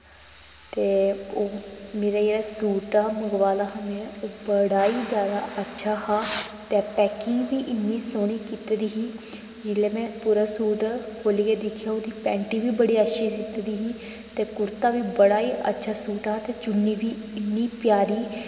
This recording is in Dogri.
ते ओह् मेरा जेह्ड़ा सूट हा मंगवा दा हा जेह्ड़ा में ओह् बड़ा गै जादा अच्छा हा ते पैकिंग बी इन्नी सोह्नी कीती दी ही जिसलै में पूरा सूट खोह्ल्लियै दिक्खेआ ओह्दी पैंट बी बड़ी अच्छी सीती दी ही कु कुर्ता बी बड़ा अच्छा सूट हा ते चुन्नी बी इन्नी प्यारी